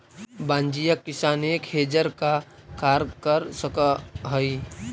वाणिज्यिक किसान एक हेजर का कार्य कर सकअ हई